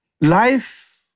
Life